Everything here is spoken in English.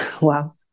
Wow